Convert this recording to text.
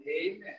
Amen